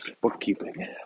bookkeeping